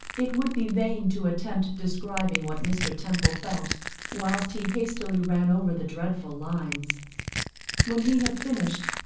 it would be vain to attempt describing what mr. temple felt whilst he hastily ran over the dreadful lines when he had finished,